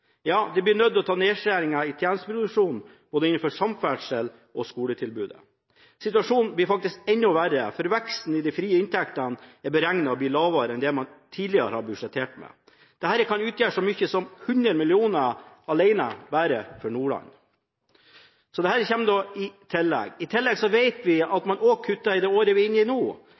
blir nødt til å gjøre nedskjæringer i tjenesteproduksjonen både innenfor samferdsel og skoletilbud. Situasjonen blir faktisk enda verre, for veksten i de frie inntektene er beregnet til å bli lavere enn det man tidligere har budsjettert med. Dette alene kan utgjøre så mye som 100 mill. kr bare for Nordland, og det kommer i tillegg. I tillegg vet vi at man også kutter i det året vi er inne i nå.